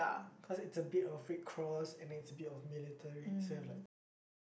cause it's a bit of red cross and it's a bit of military so have like both